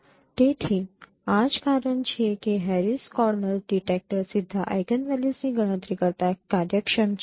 તેથી આ જ કારણ છે કે હેરિસ કોર્નર ડિટેક્ટર સીધા આઇગનવેલ્યુઝની ગણતરી કરતા કાર્યક્ષમ છે